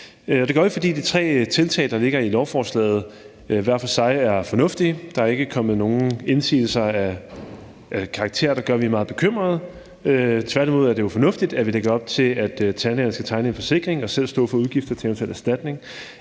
Det gør vi, fordi de tre tiltag, der ligger i lovforslaget, hver for sig er fornuftige. Der er ikke kommet nogen indsigelser af en karakter, der gør, at vi er meget bekymrede. Tværtimod er det jo fornuftigt, at vi lægger op til, at tandlægerne skal tegne en forsikring og selv stå for udgifterne til en eventuel erstatning,